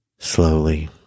Slowly